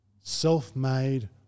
self-made